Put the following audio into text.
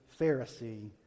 Pharisee